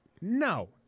no